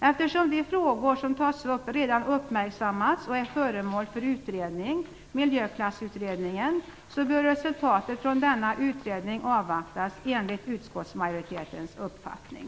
Eftersom de frågor som tas upp redan uppmärksammas och är föremål för utredning - Miljöklassutredningen - så bör resultatet från denna utredning avvaktas enligt utskottsmajoritetens uppfattning.